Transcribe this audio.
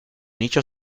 nicho